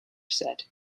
set